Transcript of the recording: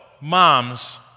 Moms